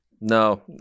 No